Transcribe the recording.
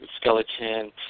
skeleton